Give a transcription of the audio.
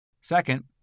Second